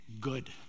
good